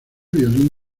violín